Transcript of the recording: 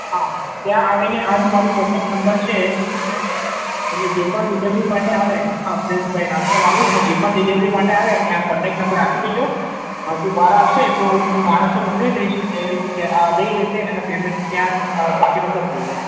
ત્યાં આવીને આજ મારું કૉન્ટેક્ટ નંબર છે એટલે જે પણ ડિલીવરી માટે આવે પ્રેમભૈ નામ છે મારું અને જે પણ ડિલીવરી માટે આવે એમને આ કૉન્ટેક્ટ નંબર આપી દેજો જો બહાર આવશે તો હું માણસો મોકલી દઈશ એટલે એ લોકો લઇ લેશે અને પેમૅન્ટ ત્યાં બાકીનું કરી દઇશું